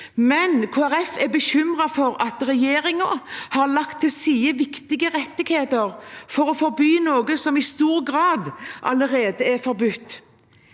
er bekymret for at regjeringen har lagt til side viktige rettigheter for å forby noe som i stor grad allerede er forbudt.